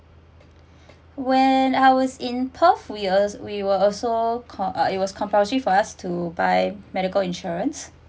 when I was in perth for years we were also called uh it was compulsory for us to buy medical insurance